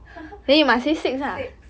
six